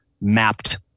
mapped